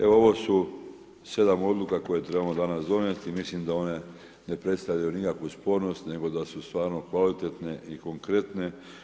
Evo ovo su 7 odluka koje trebamo danas donijeti mislim da one ne predstavljaju nikakvu spornost nego da su stvarno kvalitetne i konkretne.